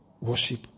worship